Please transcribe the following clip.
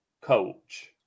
coach